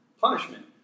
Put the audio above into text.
punishment